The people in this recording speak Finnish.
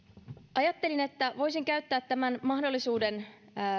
ajattelin että voisin käyttää tämän mahdollisuuden